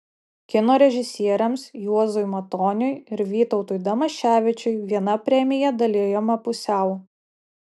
kino režisieriams juozui matoniui ir vytautui damaševičiui viena premija dalijama pusiau